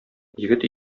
егет